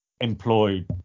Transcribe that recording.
employed